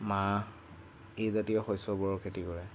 মাহ এই জাতীয় শস্যবোৰৰ খেতি কৰে